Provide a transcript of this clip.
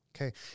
Okay